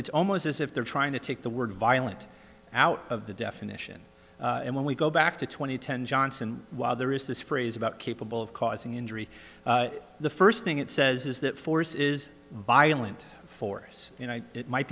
it's almost as if they're trying to take the word violent out of the definition and when we go back to two thousand and ten johnson while there is this phrase about capable of causing injury the first thing it says is that force is violent force you know it might